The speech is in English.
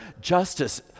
justice